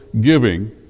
giving